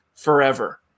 forever